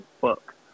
Fuck